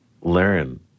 learn